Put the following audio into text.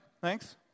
Thanks